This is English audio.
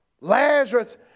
Lazarus